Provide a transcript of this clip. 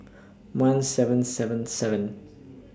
one seven seven seven